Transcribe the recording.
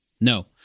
No